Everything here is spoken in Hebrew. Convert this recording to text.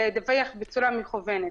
לדווח בצורה מקוונת.